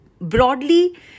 broadly